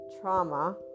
trauma